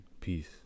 Peace